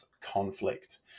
conflict